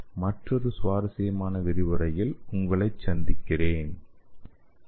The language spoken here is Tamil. மற்றொரு சுவாரஸ்யமான விரிவுரையில் உங்களை சந்திக்கிறேன்